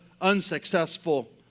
unsuccessful